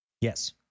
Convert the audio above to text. Yes